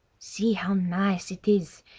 see how nice it is!